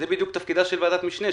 זה בדיוק תפקידה של ועדת משנה,